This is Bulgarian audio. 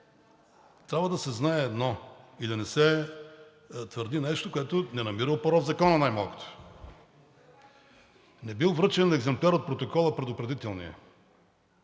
Трябва да се знае едно и да не се твърди нещо, което не намира опора в закона, най-малкото. Не бил връчен екземпляр от предупредителния